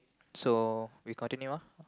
so we continue